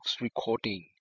recording